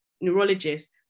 neurologist